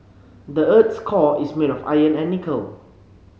the earth's core is made of iron and nickel